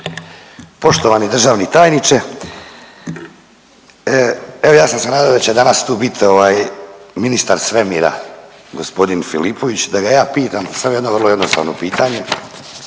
Poštovani državni tajniče, evo ja sam se nadao da će danas tu bit ovaj ministar svemira g. Filipović da ga ja pitam samo jedno vrlo jednostavno pitanje.